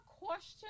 question